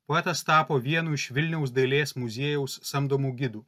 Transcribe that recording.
poetas tapo vienu iš vilniaus dailės muziejaus samdomų gidų